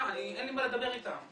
אין לי מה לדבר איתם.